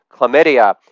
chlamydia